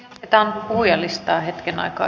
jatketaan puhujalistaa hetken aikaa